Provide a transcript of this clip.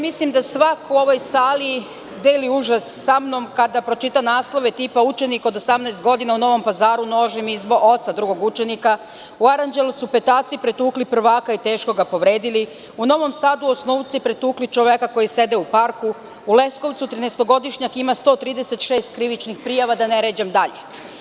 Mislim da svako u ovoj sali deli užas samnom kada pročita naslove tipa – učenik od 18 godina u Novom Pazaru nožem izbo oca drugog učenika, u Aranđelovcu petaci pretukli prvaka i teško ga povredili, u Novom Sadu osnovci pretukli čoveka koji je sedeo u parku, u Leskovcu trinaestogodišnjak ima 136 krivičnih prijava, da ne ređam dalje.